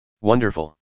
Wonderful